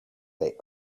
they